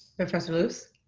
professor luce.